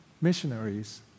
missionaries